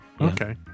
Okay